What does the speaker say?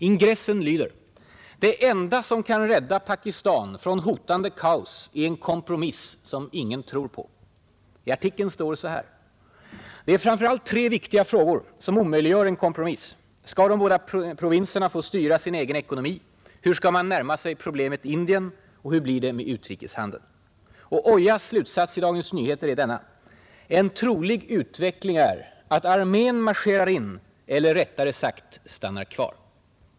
Ingressen lyder: ”Det enda som kan rädda Pakistan från hotande kaos är en kompromiss som ingen tror på.” I artikeln står det: ”Det är framförallt tre viktiga frågor som omöjliggör en kompromiss: skall de båda provinserna få styra sin egen ekonomi, hur ska man närma sig problemet Indien och hur blir det med utrikeshandeln?” Och Ojas slutsats i Dagens Nyheter är: ”En trolig utveckling är att armén marscherar in — eller rättare sagt stannar kvar”.